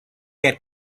had